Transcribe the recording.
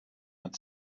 had